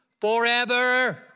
forever